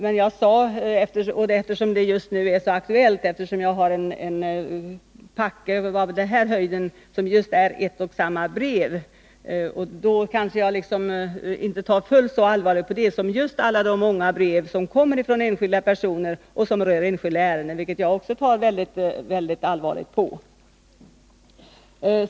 Men jag har just nu en mycket stor packe av identiska brev, och dem kanske jag inte tar fullt så allvarligt på som just alla de många brev som kommer från enskilda personer och som rör enskilda ärenden, som jag tar mycket allvarligt på.